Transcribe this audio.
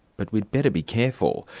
but we'd better be careful.